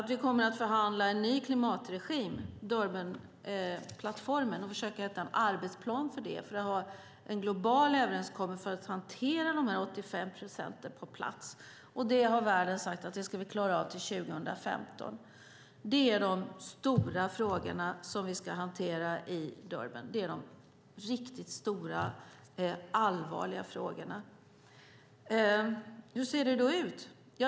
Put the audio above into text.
Vi kommer att förhandla fram en ny klimatregim, Durbanplattformen, och försöka hitta en arbetsplan för en global överenskommelse för att hantera de 85 procenten på plats. Det har världen sagt att vi ska klara av till 2015. Det är de riktigt stora och allvarliga frågorna som vi ska hantera i Durban. Hur ser det då ut?